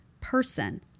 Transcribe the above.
person